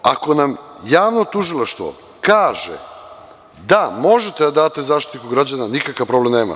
Ako nam javni tužilac kaže da možete da date Zaštitniku građana, nikakav problem nema.